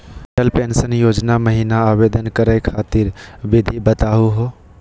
Atal pension योजना महिना आवेदन करै खातिर विधि बताहु हो?